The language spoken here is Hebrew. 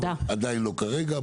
עדיין לא כרגע,